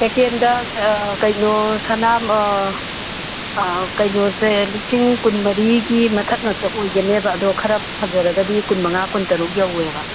second ꯀꯩꯅꯣ ꯁꯅꯥ ꯀꯩꯅꯣꯁꯦ ꯂꯤꯁꯤꯡ ꯀꯨꯟꯃꯔꯤꯒꯤ ꯃꯊꯛ ꯉꯥꯛꯇ ꯑꯣꯏꯒꯅꯦꯕ ꯑꯗꯣ ꯈꯔ ꯐꯖꯔꯒꯗꯤ ꯀꯨꯟ ꯃꯉꯥ ꯀꯨꯟ ꯇꯔꯨꯛ ꯌꯧꯌꯦꯕ